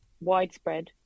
widespread